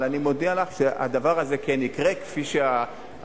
אבל אני מודיע לך שהדבר הזה כן יקרה כפי שהבקשה